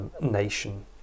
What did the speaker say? nation